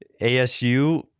ASU